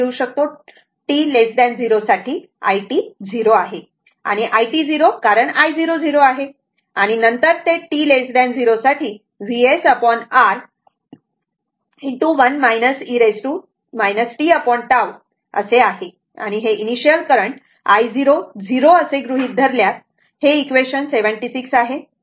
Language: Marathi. आणि i t 0 कारण i0 0 आहे आणि नंतर ते t 0 साठी VsR 1 e tT आहे आणि इनिशिअल करंट i0 0 असे गृहित धरल्यास हे इक्वेशन 76 आहे